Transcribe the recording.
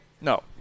No